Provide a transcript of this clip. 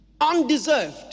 undeserved